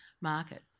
market